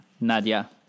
Nadia